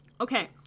okay